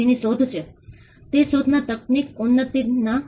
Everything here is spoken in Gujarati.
તેથી તેઓ તેમના પોતાના પ્રોજેક્ટ કરી શકતા નથી